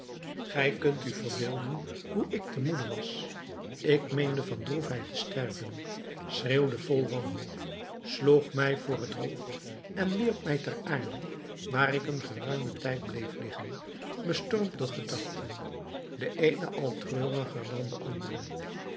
gij kunt u verbeelden hoe ik te moede was ik meende van droefheid te sterven schreeuwde vol wanhoop sloeg mij voor het hoofd en wierp mij ter aarde waar ik een geruimen tijd bleef liggen bestormd door gedachten de eene al treuriger dan de andere